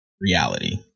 reality